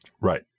right